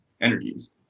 energies